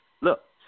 look